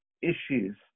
issues